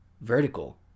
vertical